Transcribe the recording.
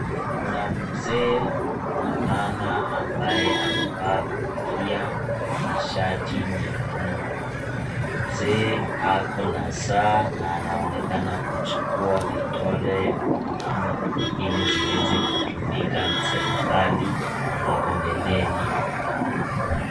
Kuna mzee na mama ambaye amevaa kofia na shati nyekundu, mzee akona saa na anaonekana kuchukua vidole ya huyu mama ili ziweze kutumika na serikali hapo mbeleni.